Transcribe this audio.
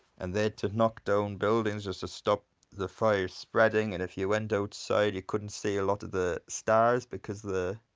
and they'd to knock down buildings just to stop the fire spreading and if you went outside you couldn't see a lot of the stars because the.